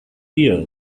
year